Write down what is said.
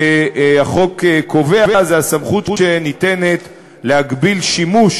שהחוק קובע היא הסמכות שניתנת להגביל שימוש